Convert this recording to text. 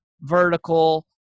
vertical